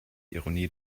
ironie